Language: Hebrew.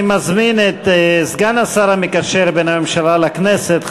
אני מזמין את סגן השר המקשר בין הממשלה לכנסת,